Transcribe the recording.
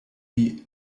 wie